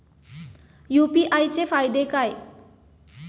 UPI चे फायदे काय?